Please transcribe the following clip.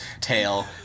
tail